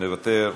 מוותר,